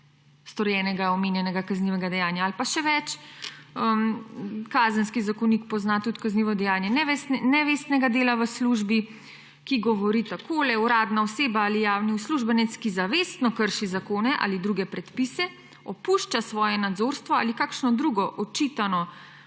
storjenega omenjenega kaznivega dejanja ali pa še več, Kazenski zakonik pozna tudi kaznivo dejanje nevestnega dela v službi, ki govori takole: »Uradna oseba ali javni uslužbenec, ki zavestno krši zakone ali druge predpise, opušča svoje nadzorstvo ali kako drugače očitno